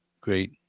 great